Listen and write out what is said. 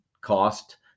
cost